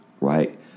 right